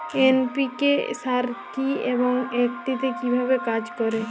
NPK সার কি এবং এটি কিভাবে কাজ করে?